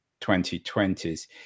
2020s